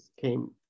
came